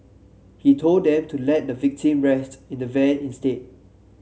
he told them to let the victim rest in the van instead